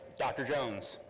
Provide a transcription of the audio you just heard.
dr. jones,